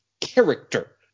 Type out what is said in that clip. character